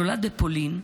נולד בפולין.